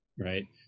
right